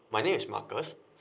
my name is marcus